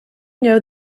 know